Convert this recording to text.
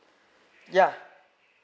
yeah